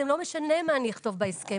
זה לא משנה מה אני אכתוב בהסכם.